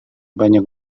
banyak